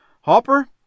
Hopper